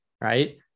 Right